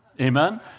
Amen